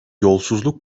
yolsuzluk